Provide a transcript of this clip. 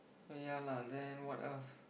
so yeah lah then what else